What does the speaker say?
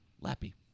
lappy